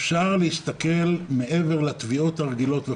אפשר להסתכל מעבר לתביעות הרגילות,